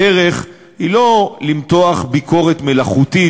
הדרך היא לא למתוח ביקורת מלאכותית,